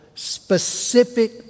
specific